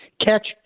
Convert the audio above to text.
catch